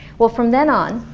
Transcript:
well from then on,